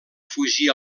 fugir